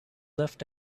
left